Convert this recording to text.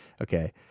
okay